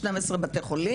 12 במספרם,